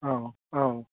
औ औ